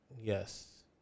Yes